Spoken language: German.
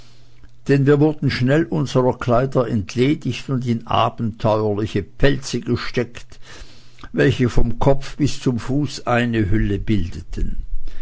denn wir wurden schnell unserer kleider entledigt und in abenteuerliche pelze gesteckt welche vom kopf bis zum fuße eine hülle bildeten